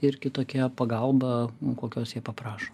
ir kitokia pagalba kokios jie paprašo